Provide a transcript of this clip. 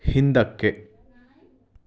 ಹಿಂದಕ್ಕೆ